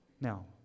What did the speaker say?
Now